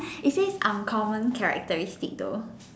it says uncommon characteristic though